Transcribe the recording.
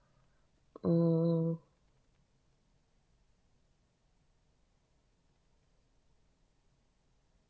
mm